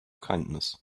kindness